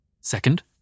Second